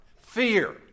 Fear